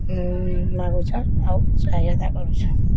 ମାଗୁଛନ୍ ଆଉ ସହାୟତା କରୁଛନ୍